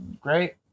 Great